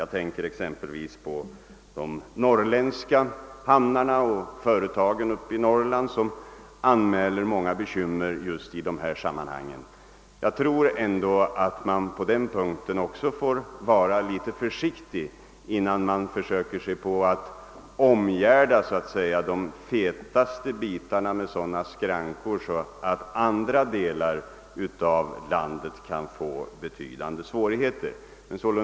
Jag tänker exempelvis på de norrländska hamnarna och företagen uppe i Norrland som anmäler många bekymmer just i dessa sammanhang. Jag tror att man även på den punkten får vara litet försiktig innan man försöker sig på att omgärda de så att säga fetaste bitarna med sådana skrankor att andra delar av landet kan få betydande svårigheter.